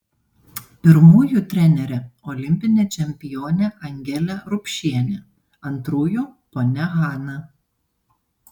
pirmųjų trenerė olimpinė čempionė angelė rupšienė antrųjų ponia hana